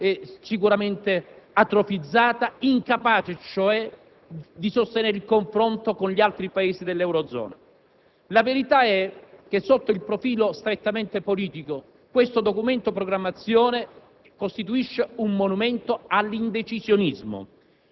sicuramente atrofizzata, incapace cioè di sostenere il confronto con gli altri Paesi dell'eurozona. La verità è che sotto il profilo strettamente politico, questo DPEF costituisce un monumento all'indecisionismo: